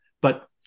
but-